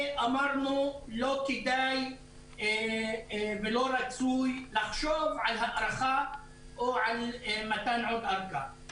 ואמרנו: לא כדאי ולא רצוי לחשוב על הארכה או על מתן עוד ארכה.